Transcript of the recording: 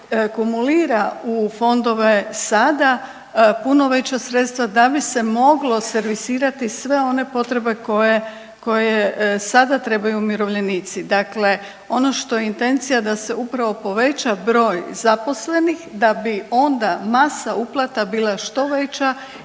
kumulira u fondove sada puno veća sredstva da bi se moglo servisirati sve one potrebe koje sada trebaju umirovljenici. Dakle, ono što je intencija da se upravo poveća broj zaposlenih da bi onda masa uplata bila što veća